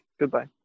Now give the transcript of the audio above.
Goodbye